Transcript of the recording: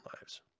lives